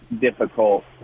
difficult